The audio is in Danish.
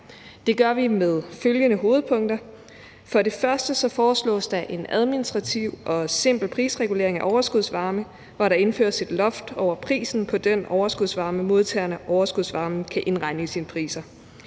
Det gør vi med følgende hovedpunkter: Først foreslås der en administrativ og simpel prisregulering af overskudsvarme, hvor der indføres et loft over prisen på den overskudsvarme, modtagerne af overskudsvarmen kan indregne i deres priser.